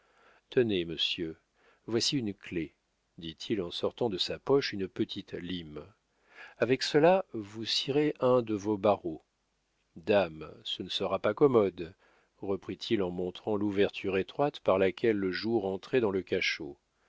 tenez monsieur voici une clef dit-il en sortant de sa poche une petite lime avec cela vous scierez un de vos barreaux dam ce ne sera pas commode reprit-il en montrant l'ouverture étroite par laquelle le jour entrait dans le cachot